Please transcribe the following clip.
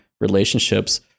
relationships